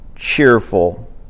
Cheerful